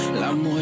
l'amour